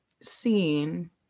seen